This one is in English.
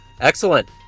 Excellent